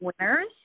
winners